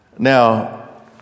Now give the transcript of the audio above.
Now